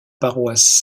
paroisse